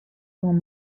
con